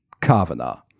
Kavanaugh